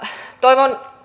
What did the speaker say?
toivon